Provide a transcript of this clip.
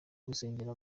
gusengera